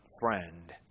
friend